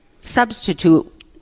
substitute